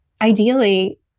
ideally